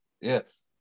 Yes